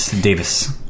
Davis